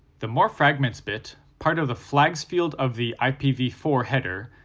the more fragments bit, part of the flags field of the i p v four header,